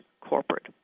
corporate